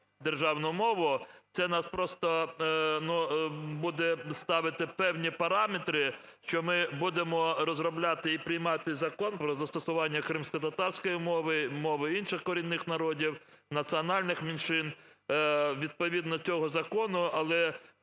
державну мову, це нас просто, ну, буде ставити в певні параметри, що ми будемо розробляти і приймати Закон про застосування кримськотатарської мови, мови інших корінних народів, національних меншин, відповідно цього закону,